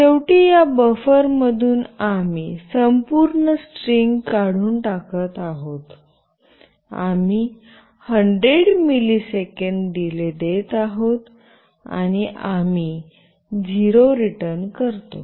आणि शेवटी या बफर मधून आम्ही संपूर्ण स्ट्रिंग काढून टाकत आहोत आम्ही 100 मिलिसेकंद डीले देत आहोत आणि आम्ही 0 रिटर्न करतो